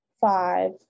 five